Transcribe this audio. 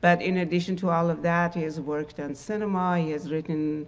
but in addition to all of that, he's worked in and cinema, he has written